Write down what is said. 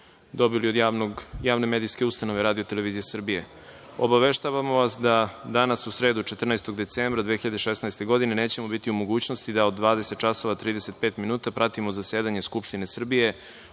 dobili od Javne medijske ustanove Radio-televizije Srbije. Obaveštavamo vas da danas, u sredu, 14. decembra 2016. godine, nećemo biti u mogućnosti da od 20 časova i 35 minuta pratimo zasedanje Skupštine Srbije